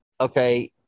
okay